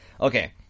Okay